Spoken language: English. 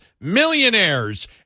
millionaires